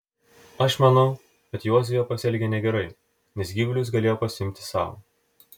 aš manau kad jozuė pasielgė negerai nes gyvulius galėjo pasiimti sau